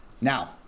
Now